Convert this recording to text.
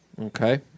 Okay